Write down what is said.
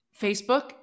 Facebook